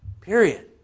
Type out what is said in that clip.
period